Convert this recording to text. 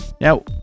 Now